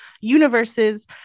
universes